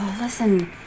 listen